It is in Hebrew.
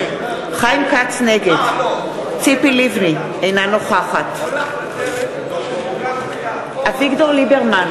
נגד ציפי לבני, אינה נוכחת אביגדור ליברמן,